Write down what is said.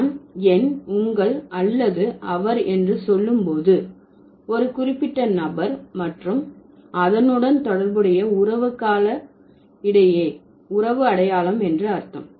நான் என் உங்கள் அல்லது அவர் என்று சொல்லும் போது ஒரு குறிப்பிட்ட நபர் மற்றும் அதனுடன் தொடர்புடைய உறவு கால இடையே உறவு அடையாளம் என்று அர்த்தம்